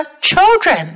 children